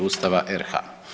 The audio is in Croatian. Ustava RH.